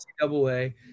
NCAA